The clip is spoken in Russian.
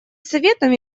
советом